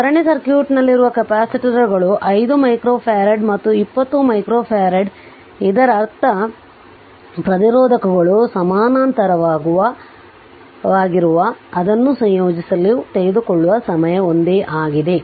ಸರಣಿ ಸರ್ಕ್ಯೂಟ್ನಲ್ಲಿನರುವ ಕೆಪಾಸಿಟರ್ಗಳು 5 ಮೈಕ್ರೊಫರಡ್ ಮತ್ತು 20 ಮೈಕ್ರೋಫರಾಡ್ ಇದರರ್ಥ ಪ್ರತಿರೋಧಕಗಳು ಸಮಾನಾಂತರವಾಗಿರುವಾಗ ಅದನ್ನು ಸಂಯೋಜಿಸಲು ತೆಗೆದುಕೊಳ್ಳುವ ಸಮಯ ಒಂದೇ ಆಗಿದೆ